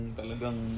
talagang